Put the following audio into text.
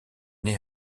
née